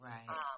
Right